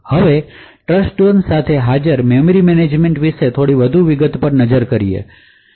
હવે ટ્રસ્ટઝોન સાથે હાજર મેમરી મેનેજમેન્ટ વિશે થોડી વધુ વિગતવાર નજર કરીએ છીએ